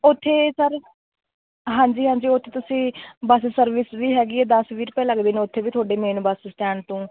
ਉੱਥੇ ਸਰ ਹਾਂਜੀ ਹਾਂਜੀ ਉੱਥੇ ਤੁਸੀਂ ਬਸ ਸਰਵਿਸ ਵੀ ਹੈਗੀ ਹੈ ਦਸ ਵੀਹ ਰੁਪਏ ਲੱਗਦੇ ਨੇ ਉੱਥੇ ਵੀ ਤੁਹਾਡੇ ਮੇਨ ਬਸ ਸਟੈਂਡ ਤੋਂ